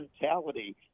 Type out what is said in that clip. mentality